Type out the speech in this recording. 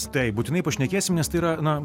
tai būtinai pašnekėsim nes tai yra na